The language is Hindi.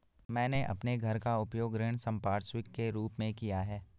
मैंने अपने घर का उपयोग ऋण संपार्श्विक के रूप में किया है